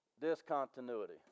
discontinuity